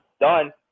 done